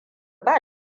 ba